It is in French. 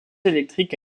électrique